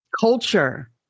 culture